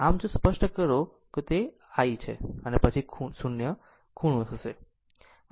આમ જો આ સ્પષ્ટ કરો કે તે I છે તો પછી તે 0 ખૂણો હશે